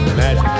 magic